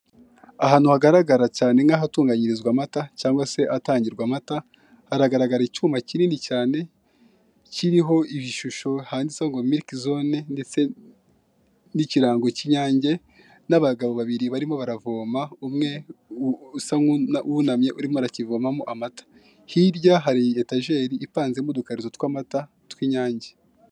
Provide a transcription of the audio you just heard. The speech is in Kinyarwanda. Ahantu hagaragara cyane nk'ahatunganyirizwa amata, cyangwa se ahatangirwa amata, haragaragara icyuma kinini cyane, kiriho ishusho handitseho ngo mirikizone, ndetse n'ikirango k'inyange , n'abagabo babiri barimo baravoma umwe usa nk'uwunamye urimo arakivomamo amata, hirya hari etajeri ipanzemo udukarito tw'amata tw'inyange.